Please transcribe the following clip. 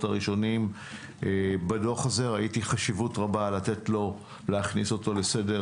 הראשונים בדוח הזה וראיתי חשיבות רבה להכניס אותו לסדר